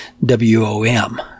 WOM